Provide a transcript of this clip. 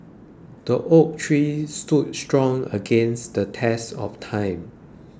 the oak tree stood strong against the test of time